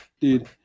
Dude